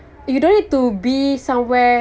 you don't need to be somewhere